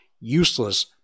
useless